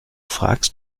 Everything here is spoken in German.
fragst